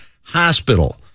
hospital